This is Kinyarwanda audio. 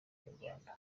nyarwanda